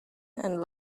and